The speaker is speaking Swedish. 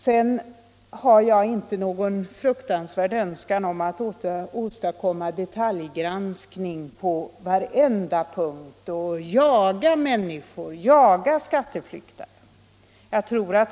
Jag har inte någon fruktansvärt stor önskan att åstadkomma detaljgranskning på varenda punkt och jaga människor, jaga skatteflyktare.